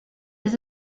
this